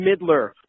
Midler